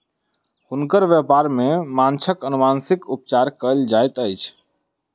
हुनकर व्यापार में माँछक अनुवांशिक उपचार कयल जाइत अछि